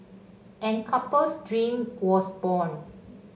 and couple's dream was born